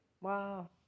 Wow